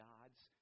God's